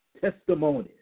testimony